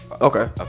Okay